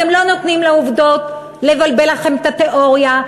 אתם לא נותנים לעובדות לבלבל לכם את התיאוריה,